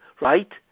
right